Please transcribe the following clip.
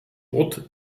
ort